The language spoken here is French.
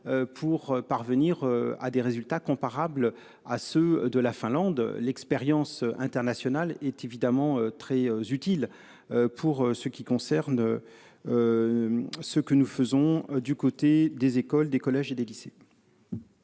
pour parvenir à des résultats comparables à ceux de la Finlande, l'expérience internationale est évidemment très utile. Pour ce qui concerne. Ce que nous faisons. Du côté des écoles, des collèges et des lycées.